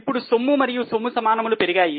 ఇప్పుడు సొమ్ము మరియు సొమ్ము సమానములు పెరిగాయి